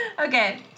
Okay